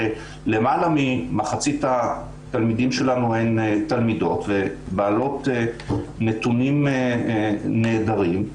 כשלמעלה ממחצית התלמידים שלנו הם תלמידות והן בעלות נתונים נהדרים,